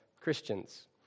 Christians